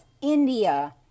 India